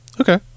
Okay